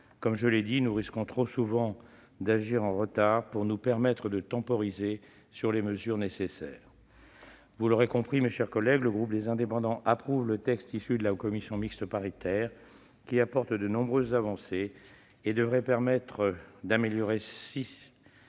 Comme je l'ai dit, nous risquons trop souvent d'agir en retard pour nous permettre de temporiser sur les mesures nécessaires. Vous l'aurez compris, mes chers collègues, le groupe Les Indépendants - République et Territoires approuve le texte issu de la commission mixte paritaire, qui apporte de nombreuses avancées et devrait permettre d'améliorer